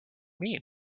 mean